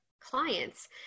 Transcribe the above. clients